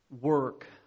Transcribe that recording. work